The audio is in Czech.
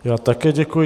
Já také děkuji.